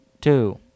two